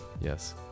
yes